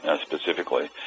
specifically